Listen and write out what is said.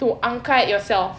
to angkat yourself